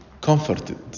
comforted